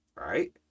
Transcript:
Right